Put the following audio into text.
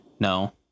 No